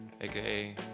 aka